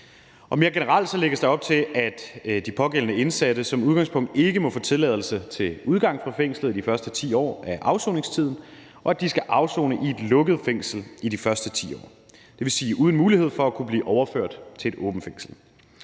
Og mere generelt lægges der op til, at de pågældende indsatte som udgangspunkt ikke må få tilladelse til udgang fra fængslet de første 10 år af afsoningstiden, og at de skal afsone i et lukket fængsel i de første 10 år – det vil sige uden mulighed for at kunne blive overført til et åbent fængsel.